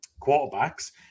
quarterbacks